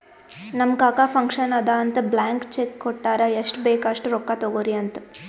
ನಮ್ ಕಾಕಾ ಫಂಕ್ಷನ್ ಅದಾ ಅಂತ್ ಬ್ಲ್ಯಾಂಕ್ ಚೆಕ್ ಕೊಟ್ಟಾರ್ ಎಷ್ಟ್ ಬೇಕ್ ಅಸ್ಟ್ ರೊಕ್ಕಾ ತೊಗೊರಿ ಅಂತ್